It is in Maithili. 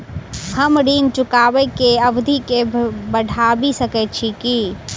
हम ऋण चुकाबै केँ अवधि केँ बढ़ाबी सकैत छी की?